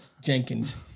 Jenkins